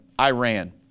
Iran